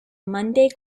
monday